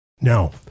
Now